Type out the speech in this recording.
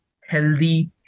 Healthy